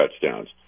touchdowns